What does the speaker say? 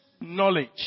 knowledge